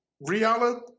reality